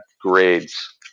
grades